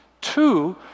Two